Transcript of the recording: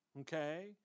okay